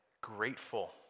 grateful